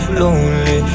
lonely